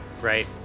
right